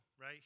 right